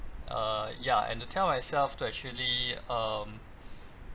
uh ya and to tell myself to actually um